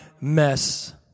mess